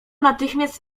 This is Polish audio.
natychmiast